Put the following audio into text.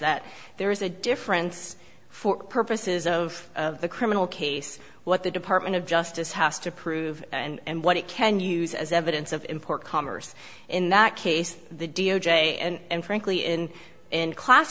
that there is a difference for purposes of the criminal case what the department of justice has to prove and what it can use as evidence of import commerce in that case the d o j and frankly in in class